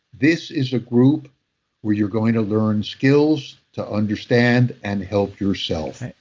this is a group where you're going to learn skills to understand and help yourself.